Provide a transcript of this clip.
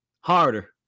harder